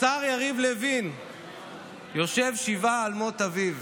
השר יריב לוין יושב שבעה על מות אביו,